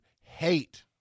hate